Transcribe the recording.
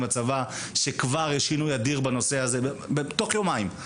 בצבא וכבר יש שינוי אדיר בנושא הזה תוך יומיים.